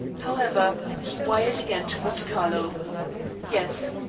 however, he wired again to monte carlo yes.